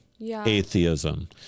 atheism